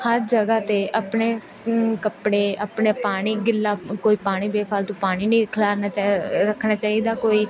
ਹਰ ਜਗ੍ਹਾ 'ਤੇ ਆਪਣੇ ਕੱਪੜੇ ਆਪਣੇ ਪਾਣੀ ਗਿੱਲਾ ਕੋਈ ਪਾਣੀ ਬੇਫਾਲਤੂ ਪਾਣੀ ਨਹੀਂ ਖਿਲਾਰਨਾ ਚਾਹੀ ਰੱਖਣਾ ਚਾਹੀਦਾ ਕੋਈ